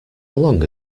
along